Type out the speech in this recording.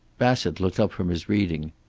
bassett looked up from his reading.